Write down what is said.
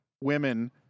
women